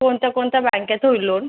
कोणत्या कोणत्या बँकेत होईल लोन